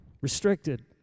restricted